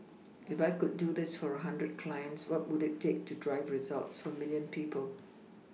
if I could do this for a hundred clients what would it take to drive results for a milLion people